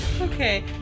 Okay